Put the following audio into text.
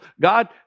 God